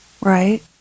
Right